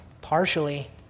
partially